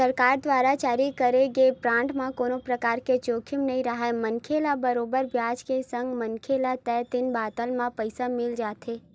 सरकार दुवार जारी करे गे बांड म कोनो परकार के जोखिम नइ राहय मनखे ल बरोबर बियाज के संग मनखे ल तय दिन बादर म पइसा मिल जाथे